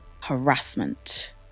harassment